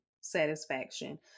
satisfaction